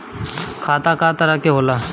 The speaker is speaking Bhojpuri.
खाता क तरह के होला?